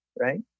right